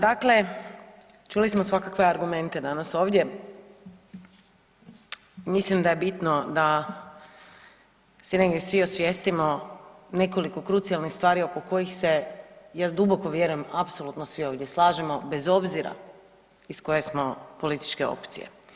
Dakle, čuli smo svakakve argumente danas ovdje, mislim da je bitno da si negdje svi osvijestimo nekoliko krucijalnih stvari oko kojih se ja duboko vjerujem apsolutno svi ovdje slažemo bez obzira iz koje smo političke opcije.